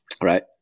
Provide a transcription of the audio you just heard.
right